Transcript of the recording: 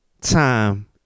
time